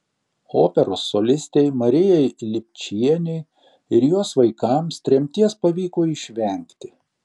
operos solistei marijai lipčienei ir jos vaikams tremties pavyko išvengti